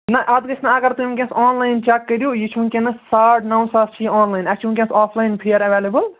نَہ اَتھ گژھِ نہٕ اگر تُہۍ وٕنۍکٮ۪س آن لایِن چَک کٔرِو یہِ چھِ وٕنۍکٮ۪نَس ساڑ نَو ساس چھِ یہِ آن لایِن اَسہِ چھِ وٕنۍکٮ۪س آف لایِن فِیَر اٮ۪ویلیبٕل